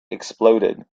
exploded